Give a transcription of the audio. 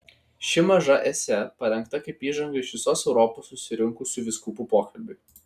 ši maža esė parengta kaip įžanga iš visos europos susirinkusių vyskupų pokalbiui